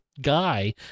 guy